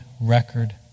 record